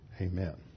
Amen